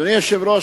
אדוני היושב-ראש,